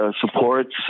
supports